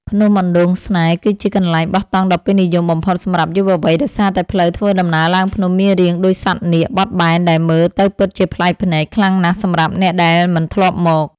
ភ្នំអណ្ដូងស្នេហ៍ គឺជាកន្លែងបោះតង់ដ៏ពេញនិយមបំផុតសម្រាប់យុវវ័យដោយសារតែផ្លូវធ្វើដំណើរឡើងភ្នំមានរាងដូចសត្វនាគបត់បែនដែលមើលទៅពិតជាប្លែកភ្នែកខ្លាំងណាស់សម្រាប់អ្នកដែលមិនធ្លាប់មក។